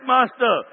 Master